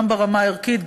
גם ברמה הערכית,